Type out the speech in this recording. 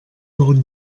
del